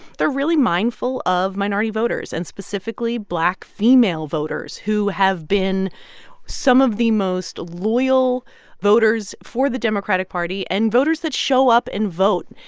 they're really mindful of minority voters and specifically, black female voters, who have been some of the most loyal voters for the democratic party and voters that show up and vote.